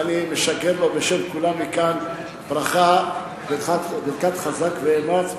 ואני משגר לו מכאן בשם כולם ברכת חזק ואמץ,